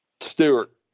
Stewart